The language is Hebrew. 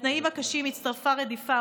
לתנאים הקשים הצטרפה רדיפה,